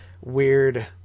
weird